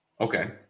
okay